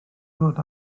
ddod